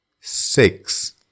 six